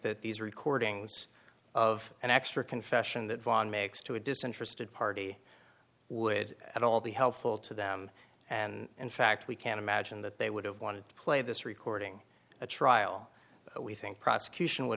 that these recordings of an extra confession that van makes to a disinterested party would at all be helpful to them and in fact we can't imagine that they would have wanted to play this recording a trial we think prosecution would